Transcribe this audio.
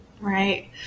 right